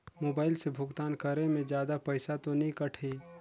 Mobile से भुगतान करे मे जादा पईसा तो नि कटही?